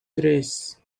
tres